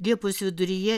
liepos viduryje